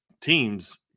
teams